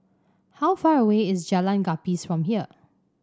how far away is Jalan Gapis from here